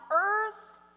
earth